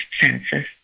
senses